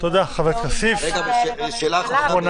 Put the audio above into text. מבקשת שלא נתחיל לעשות מהדבר הזה חתיכות ופלחים,